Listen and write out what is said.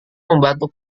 membantu